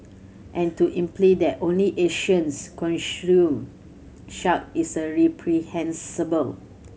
and to imply that only Asians consume shark is a reprehensible